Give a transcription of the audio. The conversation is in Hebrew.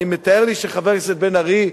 אני מתאר לי שחבר הכנסת בן-ארי,